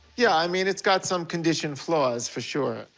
yeah, i mean, it's got some condition flaws for sure.